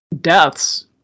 deaths